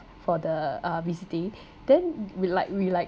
for the uh visiting then we like we like